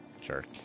jerk